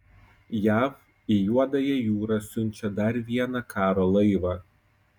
jav į juodąją jūrą siunčia dar vieną karo laivą